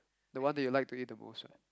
the one that you like to eat the most right